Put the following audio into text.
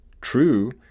True